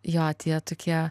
jo tie tokie